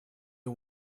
you